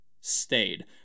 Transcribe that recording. stayed